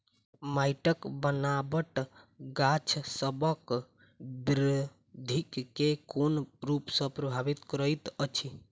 माइटक बनाबट गाछसबक बिरधि केँ कोन रूप सँ परभाबित करइत अछि?